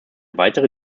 weitere